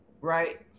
right